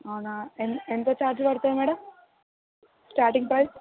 అవునా ఎన్ ఎంత ఛార్జ్ పడుతుంది మేడం స్టార్టింగ్ ప్రైస్